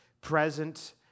present